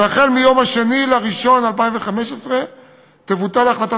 והחל מיום 2 בינואר 2015 תבוטל החלטת